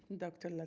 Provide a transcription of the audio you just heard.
dr. like